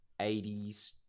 80s